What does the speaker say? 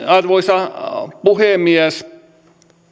arvoisa puhemies